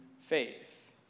faith